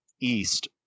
east